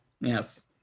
Yes